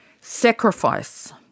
Sacrifice